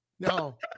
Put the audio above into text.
no